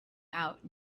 out